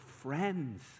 friends